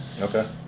Okay